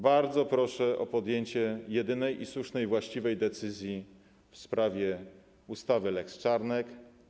Bardzo proszę o podjęcie jedynej słusznej, właściwej decyzji w sprawie ustawy lex Czarnek.